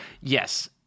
yes